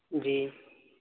جی